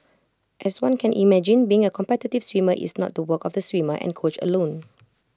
as one can imagine being A competitive swimmer is not to work of the swimmer and coach alone